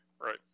Right